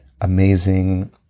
amazing